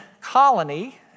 colony